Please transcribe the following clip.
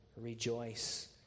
rejoice